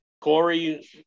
Corey